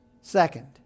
Second